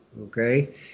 okay